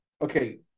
Okay